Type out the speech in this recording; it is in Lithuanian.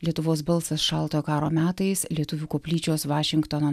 lietuvos balsas šaltojo karo metais lietuvių koplyčios vašingtono